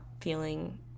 feeling